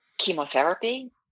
chemotherapy